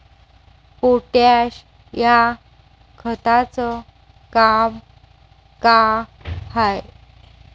Potash या खताचं काम का हाय?